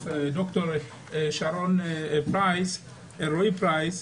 דוקטור שרון אלרעי פרייס,